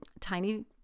tiny